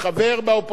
אני לא מקבל